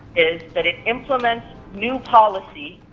is that it implements new policy